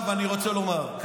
אל תפנה אליי.